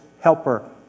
Helper